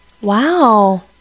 wow